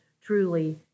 truly